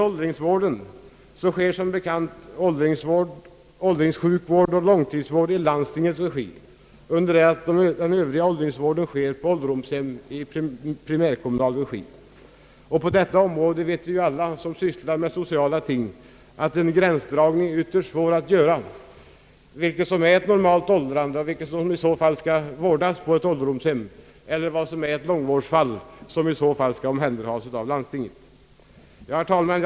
Åldringssjukvård och långtidsvård bedrivs som bekant i landstingets regi under det att övrig åldringsvård ges på ålderdomshem i primärkommunal regi. Alla som sysslar med sociala frågor vet att en gränsdragning är mycket svår att göra mellan vad som är normalt ett fall av åldrande, vilket hör hemma på ett ålderdomshem, eller vad som är ett långvårdsfall som skall omhändertas av landstinget. Herr talman!